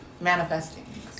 Manifesting